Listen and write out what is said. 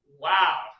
Wow